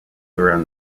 around